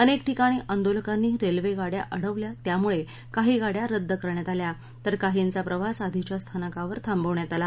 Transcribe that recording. अनक्त ठिकाणी आंदोलकांनी रस्त्रिशिङ्या अडवल्या त्यामुळं काही गाड्या रद्द करण्यात आल्या तर काहींचा प्रवास आधीच्या स्थानकावर थांबवण्यात आला